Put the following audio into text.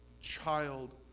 child